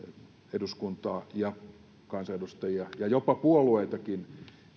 eduskuntaa ja kansanedustajia ja puolueitakin